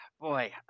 Boy